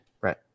right